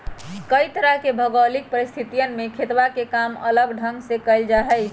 कई तरह के भौगोलिक परिस्थितियन में खेतवा के काम अलग ढंग से कइल जाहई